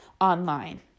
online